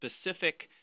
specific